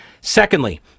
Secondly